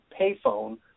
payphone